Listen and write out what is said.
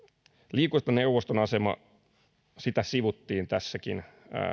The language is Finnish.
liikuntaneuvoston asemaa sivuttiin tässäkin